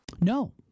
No